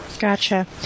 Gotcha